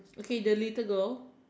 okay the little girl